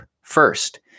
First